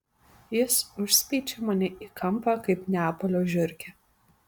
jis užspeičia mane į kampą kaip neapolio žiurkę